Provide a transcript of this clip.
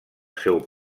seu